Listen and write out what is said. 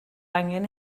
angen